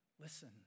Listen